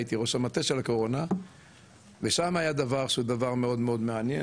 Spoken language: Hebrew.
הייתי ראש המטה של הקורונה ושם היה דבר שהוא מאוד מאד מעניין